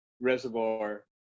reservoir